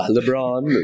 LeBron